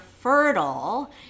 fertile